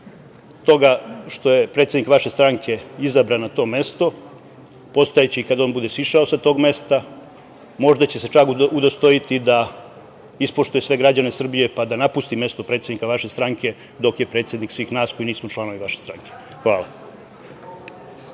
toga što je predsednik vaše stranke izabran na to mesto. Postojaće i kada on bude sišao sa tog mesta. Možda će se čak udostojiti da ispoštuje sve građane Srbije, pa da napusti mesto predsednika vaše stranke dok je predsednik svih nas koji nismo članovi vaše stranke. Hvala.